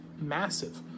massive